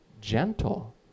Gentle